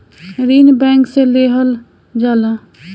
ऋण बैंक से लेहल जाला